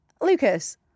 Lucas